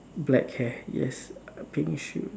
black hair yes uh pink shoes